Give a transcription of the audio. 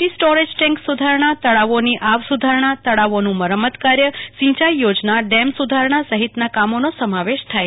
T સ્ટોરટેન્ક સુધારણા તળાવોની આવા સુધારણા તળાવોનું મરમંતકાર્થ સિંયાઈ થોજના ડેમ સુધારણા સહિતનાં કામોનો સમાવેશ થાય છે